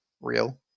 real